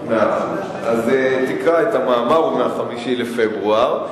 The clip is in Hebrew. אז תקרא את המאמר, הוא מ-5 בפברואר,